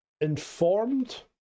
informed